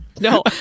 no